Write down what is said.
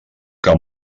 que